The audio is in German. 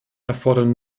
erfordern